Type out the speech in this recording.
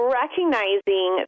recognizing